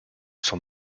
son